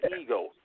ego